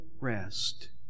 rest